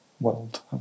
world